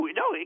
no